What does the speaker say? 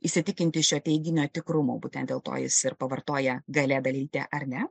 įsitikinti šio teiginio tikrumu būtent dėl to jis ir pavartoja gale dalytę ar ne